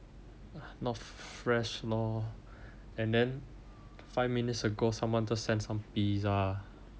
not fresh lor and then five minutes ago someone just sent some pizza